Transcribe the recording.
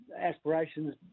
aspirations